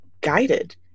guided